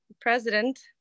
President